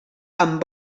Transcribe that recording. amb